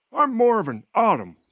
ah i'm more of an autumn